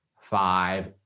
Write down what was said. five